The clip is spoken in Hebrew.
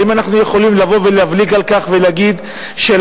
האם אנחנו יכולים לבוא ולהבליג על כך ולהגיד שלאנשים